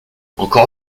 encore